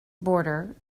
border